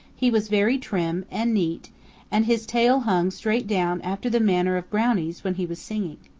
he was very trim and neat and his tail hung straight down after the manner of brownie's when he was singing.